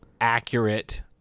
accurate